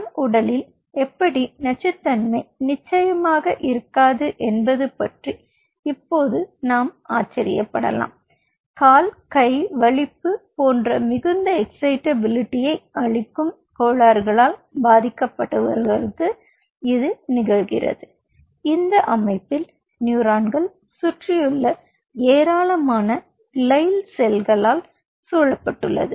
நம் உடலில் எப்படி நச்சுத்தன்மை நிச்சயமாக நடக்காது என்பது பற்றி இப்போது நாம் ஆச்சரியப்படலாம் கால் கை வலிப்பு போன்ற மிகுந்த எக்ஸ்சைட்டபிலிட்டியை அளிக்கும் கோளாறுகளால் பாதிக்கப்படுபவர்களுக்கு இது நிகழ்கிறது இந்த அமைப்பில் நியூரான்கள் சுற்றியுள்ள ஏராளமான கிளைல் செல்களால் சூழப்பட்டுள்ளது